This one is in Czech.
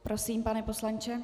Prosím, pane poslanče.